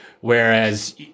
Whereas